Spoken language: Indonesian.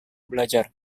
belajar